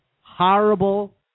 horrible